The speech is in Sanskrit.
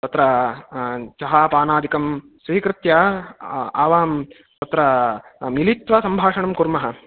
तत्र चहा पानादिकं स्वीकृत्य आवां तत्र मिलित्वा सम्भाषणं कुर्मः